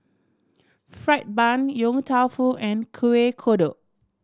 fried bun Yong Tau Foo and Kuih Kodok